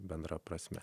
bendra prasme